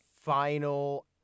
final